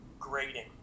grading